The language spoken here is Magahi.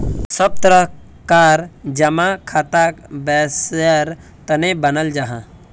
सब तरह कार जमा खाताक वैवसायेर तने बनाल जाहा